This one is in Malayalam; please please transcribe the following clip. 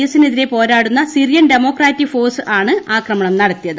എസിന് എതിരെ പോരാടുന്ന സിറിയൻ ഡെമോക്രാറ്റിക് ഫോഴ്സസ് ആണ് ആക്രമണം നടത്തിയത്